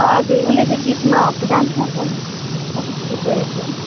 हजुर उसले चाहिँ गीतमा हो कि डान्समा पार्टिसिपेट गरेको छ